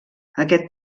aquest